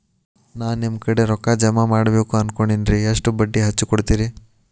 ನಾ ನಿಮ್ಮ ಕಡೆ ರೊಕ್ಕ ಜಮಾ ಮಾಡಬೇಕು ಅನ್ಕೊಂಡೆನ್ರಿ, ಎಷ್ಟು ಬಡ್ಡಿ ಹಚ್ಚಿಕೊಡುತ್ತೇರಿ?